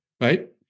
right